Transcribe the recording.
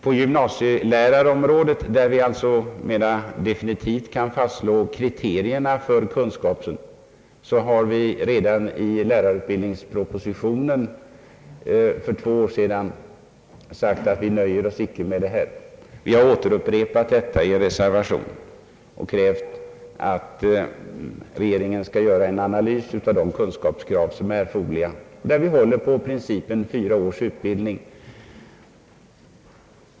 På gymnasielärarområdet, där vi mera definitivt kan fastslå kriterierna för kunskapskraven i det blivande arbetet, har vi redan i anslutning till lärarutbildningspropositionen för två år sedan anfört att vi icke nöjer oss med detta. Vi har upprepat detta i en reservation och krävt att regeringen skall göra en analys av erforderliga kunskapskrav. Vi håller på principen med fyra års utbildning.